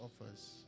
offers